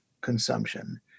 consumption